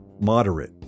Moderate